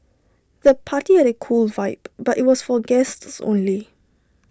the party had A cool vibe but IT was for guests only